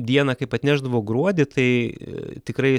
dieną kaip atnešdavo gruodį tai tikrai